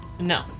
No